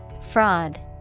Fraud